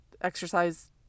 exercise